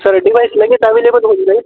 sir device लगेच available होऊन जाईल